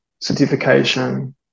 certification